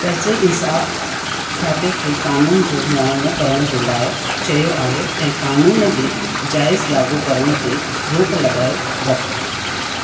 करज़ई इंसाफ़ खाते खे क़ानून जो मुआइनो करण जे लाइ चयो आहे ऐं क़ानून जे जाइज़ लाॻू करण ते रोक लगाए रखिबी